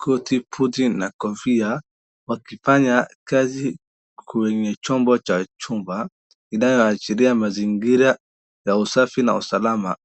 koti, buti na kofia wakifanya kazi kwenye chombo cha chumba inayoashiria mazingira ya usafi na usalama.